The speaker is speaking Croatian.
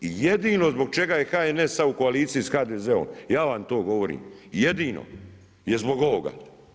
Jedino zbog čega je HNS u koaliciji sa HDZ-om, ja vam to govorim jedino je zbog ovoga.